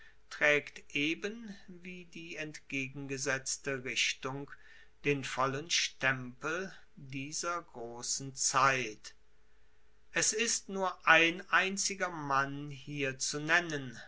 traegt eben wie die entgegengesetzte richtung den vollen stempel dieser grossen zeit es ist nur ein einziger mann hier zu nennen